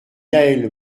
yaël